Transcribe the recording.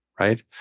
right